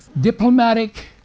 diplomatic